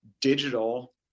digital